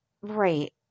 Right